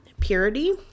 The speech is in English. purity